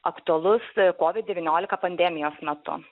aktualus covid devyniolika pandemijos metu